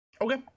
Okay